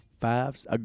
five